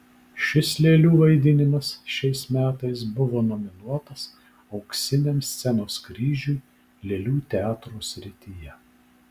šis lėlių vaidinimas šiais metais buvo nominuotas auksiniam scenos kryžiui lėlių teatro srityje